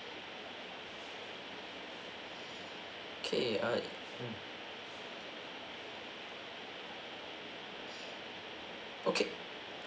okay alright okay